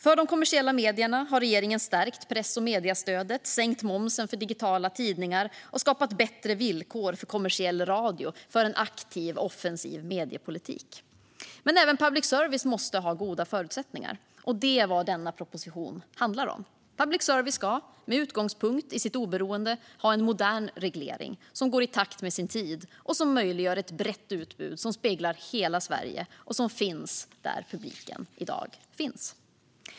För de kommersiella mediernas del har regeringen stärkt press och mediestödet, sänkt momsen på digitala tidningar och skapat bättre villkor för kommersiell radio. Det är en aktiv och offensiv mediepolitik. Men även public service måste ha goda förutsättningar, och det är vad denna proposition handlar om. Public service ska, med utgångspunkt i sitt oberoende, ha en modern reglering som går i takt med sin tid och som möjliggör ett brett utbud som speglar hela Sverige och som finns där publiken i dag finns.